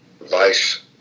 vice